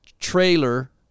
trailer